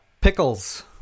pickles